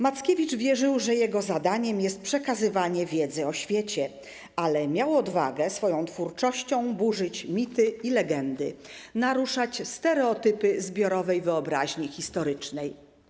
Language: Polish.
Mackiewicz wierzył, że jego zadaniem jest przekazywanie wiedzy o świecie, ale miał odwagę swoją twórczością burzyć mity i legendy, naruszać stereotypy zbiorowej wyobraźni historycznej.